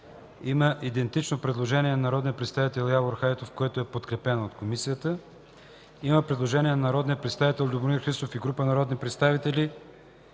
в чл. 266. Предложение на народния представител Петър Славов, което не е подкрепено от Комисията. Предложение на народния представител Любомир Христов и група народни представители,